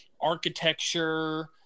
architecture